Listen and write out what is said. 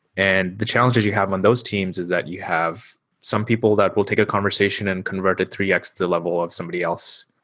and the challenges you have on those teams is that you have some people that will take a conversation and convert it three x to the level of somebody else.